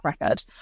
record